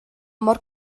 mor